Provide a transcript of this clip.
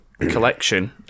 collection